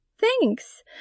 Thanks